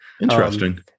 Interesting